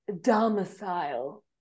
domicile